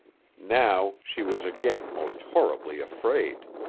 now, she was again most horribly afraid.